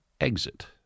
exit